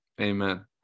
Amen